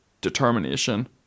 determination